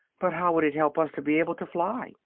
but how would it help us to be able to fly?